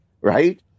right